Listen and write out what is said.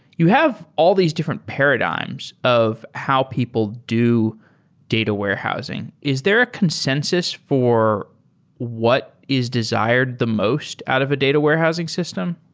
you have all these different paradigms of how people do data warehousing. is there ah consensus for what is desired the most out of a data warehousing system?